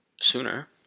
sooner